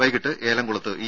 വൈകീട്ട് ഏലംകുളത്ത് ഇ